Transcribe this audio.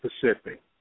Pacific